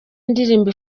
indirimbo